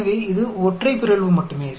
எனவே இது ஒற்றை பிறழ்வு மட்டுமே